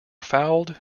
fouled